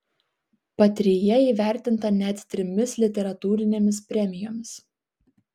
patria įvertinta net trimis literatūrinėmis premijomis